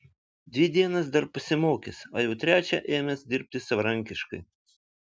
dvi dienas dar pasimokęs o jau trečią ėmęs dirbti savarankiškai